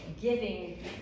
giving